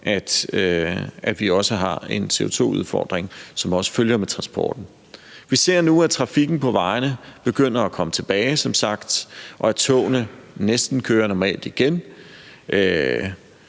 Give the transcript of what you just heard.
at vi har en CO₂-udfordring, som følger med transporten. Vi ser som sagt nu, at trafikken på vejene begynder at komme tilbage, og at togene næsten kører normalt igen,